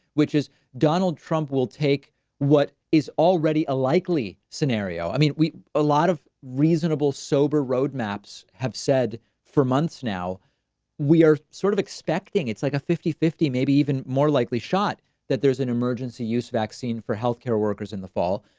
which is donald trump will take what is already a likely scenario. i mean, we a lot of reasonable, sober roadmaps have said for months now we are sort of expecting it's like a fifty fifty, maybe even more likely shot that there's an emergency use vaccine for health care workers in the fall.